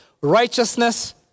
Righteousness